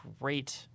great